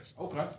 Okay